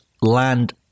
land